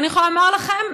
ואני יכולה לומר לכם,